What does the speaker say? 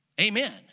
Amen